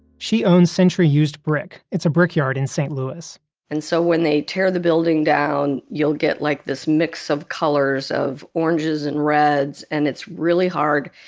she owns century used brick. it's a brickyard in st. louis and so when they tear the building down, you'll get like this mix of colors of oranges and reds, and it's really hard,